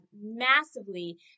massively